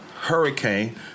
hurricane